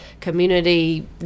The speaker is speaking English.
community